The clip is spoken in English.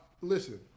listen